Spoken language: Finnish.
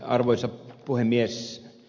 arvoisa puhemies